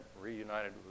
reunited